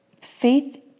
faith